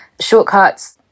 Shortcuts